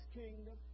kingdom